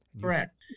Correct